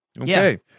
Okay